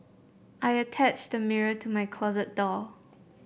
I attached a mirror to my closet door